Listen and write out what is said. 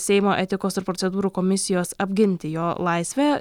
seimo etikos ir procedūrų komisijos apginti jo laisvę